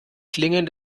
klingen